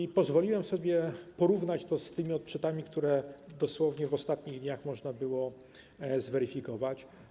I pozwoliłem sobie porównać to z tymi odczytami, które dosłownie w ostatnich dniach można było zweryfikować.